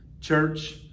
Church